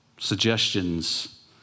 suggestions